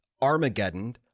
Armageddon